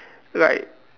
like